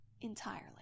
Entirely